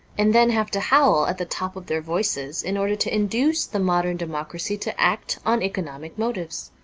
and then have to howl at the top of their voices in order to induce the modern democracy to act on economic motives.